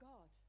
God